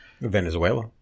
Venezuela